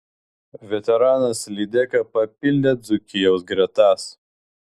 veteranas lydeka papildė dzūkijos gretas